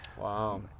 Wow